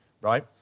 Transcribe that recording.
Right